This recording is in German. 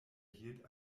erhielt